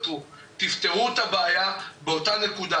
זהו, אני מבקשת מהמשטרה שתמשיך בנושא.